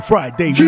Friday